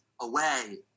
away